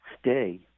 stay